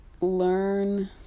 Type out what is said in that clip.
learn